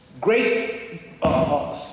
great